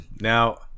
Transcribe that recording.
now